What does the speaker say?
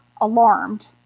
alarmed